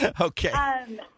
okay